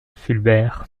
fulbert